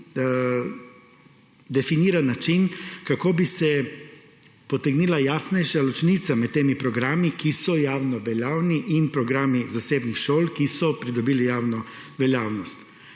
definiran način, kako bi se potegnila jasnejša ločnica med temi programi, ki so javno veljavni, in programi zasebnih šol, ki so pridobili javno veljavnost.